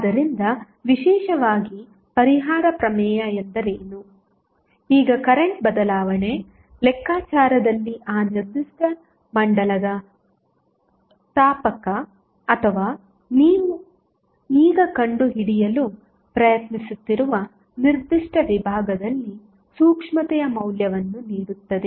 ಆದ್ದರಿಂದ ವಿಶೇಷವಾಗಿ ಪರಿಹಾರ ಪ್ರಮೇಯ ಎಂದರೆ ಏನು ಈಗಕರೆಂಟ್ ಬದಲಾವಣೆ ಲೆಕ್ಕಾಚಾರದಲ್ಲಿ ಆ ನಿರ್ದಿಷ್ಟ ಮಂಡಲದ ತಾಪಕ ಅಥವಾ ನೀವು ಈಗ ಕಂಡುಹಿಡಿಯಲು ಪ್ರಯತ್ನಿಸುತ್ತಿರುವ ನಿರ್ದಿಷ್ಟ ವಿಭಾಗದಲ್ಲಿ ಸೂಕ್ಷ್ಮತೆಯ ಮೌಲ್ಯವನ್ನು ನೀಡುತ್ತದೆ